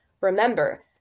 Remember